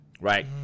Right